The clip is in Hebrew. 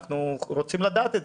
אנחנו רוצים לדעת.